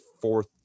fourth